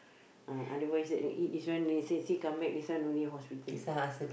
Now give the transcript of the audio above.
uh otherwise if you eat this one then you see she come back this one no need hospital